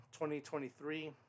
2023